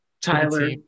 Tyler